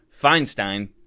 Feinstein